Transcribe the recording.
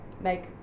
make